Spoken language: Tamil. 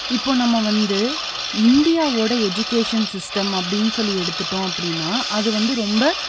இப்போது நம்ம வந்து இந்தியாவோடய எஜுகேஷன் சிஸ்டம் அப்படின்னு சொல்லி எடுத்துட்டோம் அப்படின்னா அது வந்து ரொம்ப